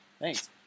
Thanks